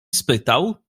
spytał